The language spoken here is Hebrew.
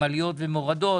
תהליך עם עליות מורדות,